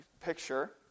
picture